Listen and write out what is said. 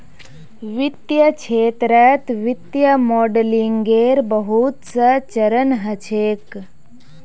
वित्तीय क्षेत्रत वित्तीय मॉडलिंगेर बहुत स चरण ह छेक